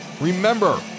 Remember